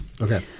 Okay